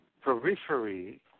periphery